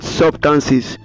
substances